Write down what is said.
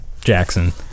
Jackson